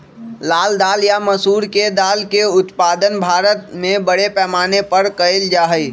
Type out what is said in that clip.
लाल दाल या मसूर के दाल के उत्पादन भारत में बड़े पैमाने पर कइल जा हई